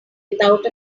without